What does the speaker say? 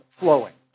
flowing